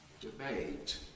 debate